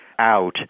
out